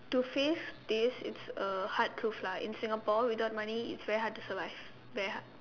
to face this is a hard truth lah in Singapore without money is very hard to survive very hard